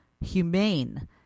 humane